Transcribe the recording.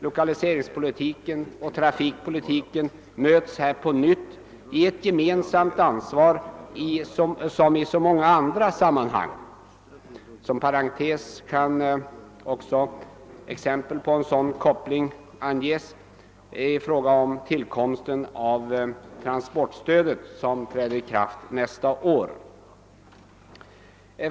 Lokaliseringspolitiken och trafikpolitiken möts här på nytt i ett gemensamt ansvar liksom i så många andra sammanhang. Inom parentes kan som exempel på en sådan koppling anges tillkomsten av det transportstöd som träder i kraft nästa år.